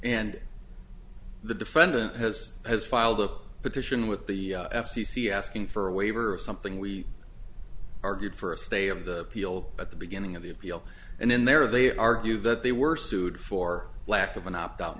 and the defendant has has filed a petition with the f c c asking for a waiver of something we argued for a stay of the peel at the beginning of the appeal and in there they argue that they were sued for lack of an opt out